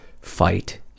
fight